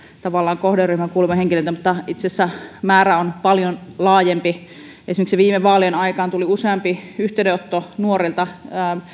tavallaan näitä kohderyhmään kuuluvia henkilöitä mutta itse asiassa määrä on paljon laajempi esimerkiksi viime vaalien aikaan tuli useampi yhteydenotto nuorilta